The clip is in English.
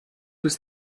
was